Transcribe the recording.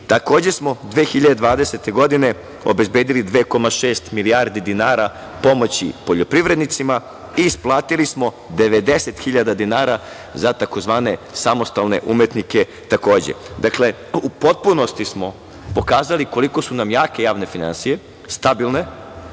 Takođe smo 2020. godine obezbedili 2,6 milijardi dinara pomoći poljoprivrednicima i isplatili smo 90.000 dinara za tzv. samostalne umetnike takođe. Dakle, u potpunosti smo pokazali koliko su nam jake javne finansije, stabilne